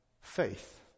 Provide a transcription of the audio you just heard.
faith